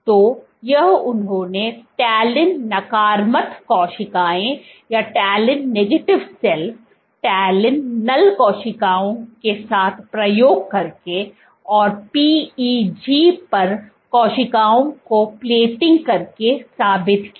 तो यह उन्होंने टैलिन नकारात्मक कोशिकाओं टैलिन नल कोशिकाओं के साथ प्रयोग करके और PEG पर कोशिकाओं को प्लेटिंग करके साबित किया